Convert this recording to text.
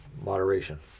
Moderation